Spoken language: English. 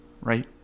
right